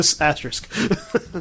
asterisk